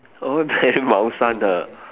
orh very 猫山 ha